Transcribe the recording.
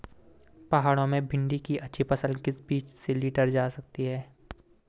पहाड़ों में भिन्डी की अच्छी फसल किस बीज से लीटर जा सकती है?